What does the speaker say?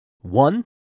One